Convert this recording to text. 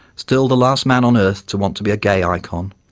still the last man on earth to want to be a gay icon,